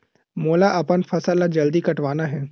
मोला अपन फसल ला जल्दी कटवाना हे?